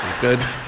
Good